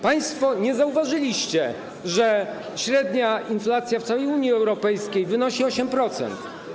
Państwo nie zauważyliście, że średnia inflacja w całej Unii Europejskiej wynosi 8%.